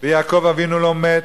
ויעקב אבינו לא מת,